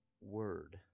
word